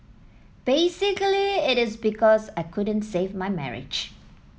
basically it is because I couldn't save my marriage